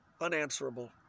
unanswerable